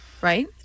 Right